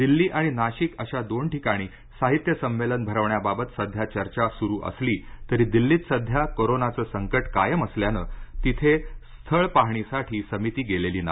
दिल्ली आणि नाशिक अशा दोन ठिकाणी साहित्य संमेलन भरवण्याबाबत सध्या चर्चा सुरू असली तरी दिल्लीत सध्या कोरोनाचं संकट कायम असल्यानं तिथे स्थळ पाहणीसाठी समिती गेलेली नाही